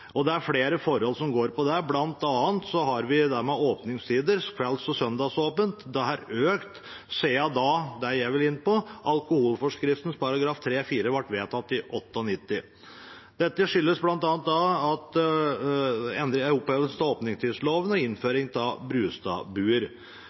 og dagligvarebutikker. Det er flere forhold knyttet til det. Blant annet har vi det med åpningstider, kvelds- og søndagsåpent. Det har økt siden alkoholforskriften § 3-4 ble vedtatt i 1998, som jeg vil komme inn på. Det skyldtes bl.a. opphevelsen av åpningstidsloven og